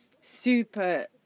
super